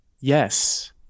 Yes